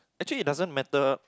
actually it doesn't matter